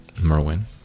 Merwin